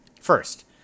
First